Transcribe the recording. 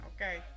Okay